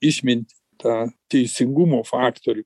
išmintį tą teisingumo faktorių